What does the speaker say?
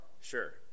Sure